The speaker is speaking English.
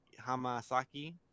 Hamasaki